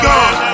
God